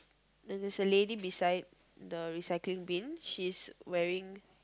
then there's a lady beside the recycling bin she's wearing